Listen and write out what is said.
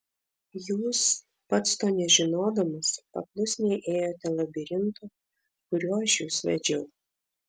jūs pats to nežinodamas paklusniai ėjote labirintu kuriuo aš jus vedžiau